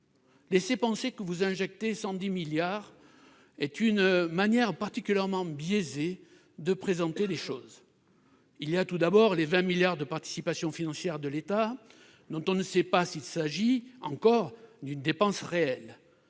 Laisser penser que vous injectez 110 milliards d'euros est une manière particulièrement biaisée de présenter les choses. Il y a tout d'abord les 20 milliards d'euros de participations financières de l'État dont on ne sait pas encore s'il s'agit d'une dépense réelle.